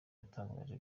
yatangaje